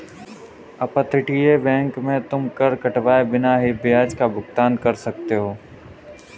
अपतटीय बैंक में तुम कर कटवाए बिना ही ब्याज का भुगतान कर सकते हो